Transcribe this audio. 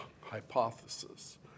hypothesis